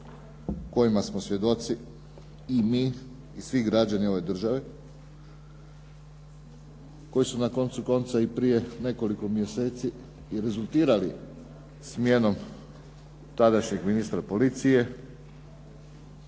kojima smo svjedoci i mi i svi građani ove države koji su na koncu konca i prije nekoliko mjeseci i rezultirali smjenom tadašnjeg ministra policije,